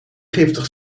giftig